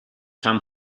come